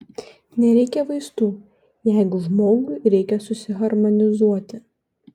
nereikia vaistų jeigu žmogui reikia susiharmonizuoti